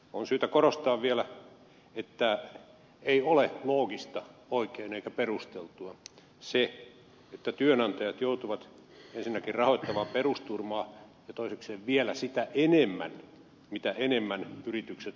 on syytä korostaa vielä että ei ole oikein loogista eikä perusteltua että työnantajat joutuvat ensinnäkin rahoittamaan perusturvaa ja toisekseen vielä rahoittamaan perusturvaa sitä enemmän mitä enemmän yritykset työllistävät